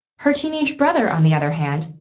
her teenage brother, on the other hand,